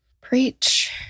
Preach